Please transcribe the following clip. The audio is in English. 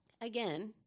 again